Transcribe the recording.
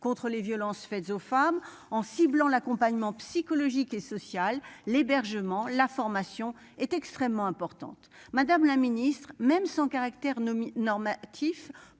contre les violences faites aux femmes, en ciblant l'accompagnement psychologique et social, l'hébergement, la formation est extrêmement importante. Madame la Ministre même son caractère normatif,